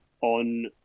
on